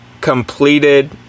completed